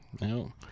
no